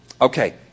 Okay